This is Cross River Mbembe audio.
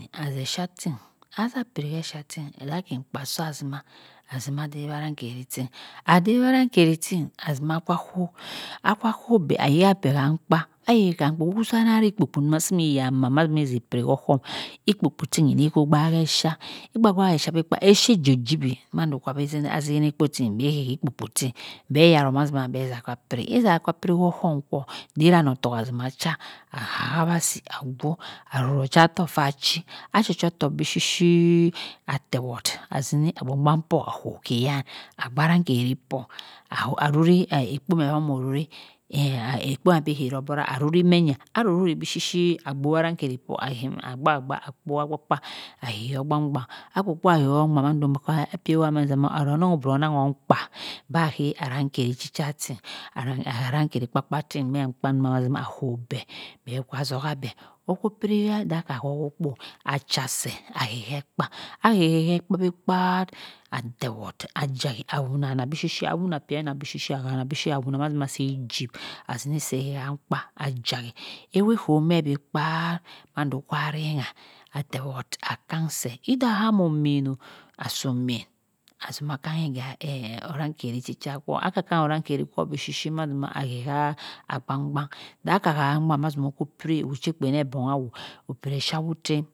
A zeh cha tinazah pin he cha tinelakin ekpa soh azima. azima dewi anang kheri tin. adeun anang kheri tin azi ma azah koh. akah koh beh ahiabeh yan kpa. ahepie han kpa yian sa beh ikpo kpo sa imi yan mhan mazima ipiri ochum ikpo kpo tin ihiku gbhe chia ebha gbau echa. eshajijwi manda abeh zini akpo jin beh ha kha piri iysh akah piri ochum kwo dinah ottoh azima cha ahawa si agwo arowo ochatohk faa chi achi chotohk bi shi ateword azuni ogbun gban for a koh ki ya agbaran keri fho bi shi shi agbowo arankeri kpog aye agba agba a kpowo kpa kpa ayeh ho gbangban mondo per owa madima onong obro nangho nkpa bah hey arangheri chi cha tin ahey arankeri kpu kpu tin hen kpa wani akoh beh be kwa zoha behokho piri daka hono kpo acha seh ahay hey ekpa ah hey hey ekpen bi kpen uteword o ajhai awuna bishi awuna per ana bishi shi awanah shi shi per jibe azini pher ahe han kpa ajai ewo kho meh bi kpa mando kha rangha ateword akangseh ida hamoomieno asoho omien a zimi-mah kanghi hey hey arangken chicha akan kan oran kehri pho bishi mazima ahe ha nwa dah akah he nwa mazima okoh piri